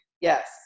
Yes